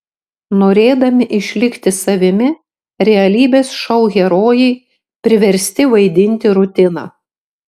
norėdami išlikti savimi realybės šou herojai priversti vaidinti rutiną